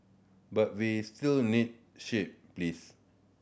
but we still need shade please